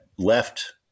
left